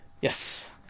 Yes